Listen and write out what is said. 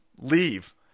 leave